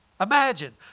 Imagine